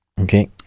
Okay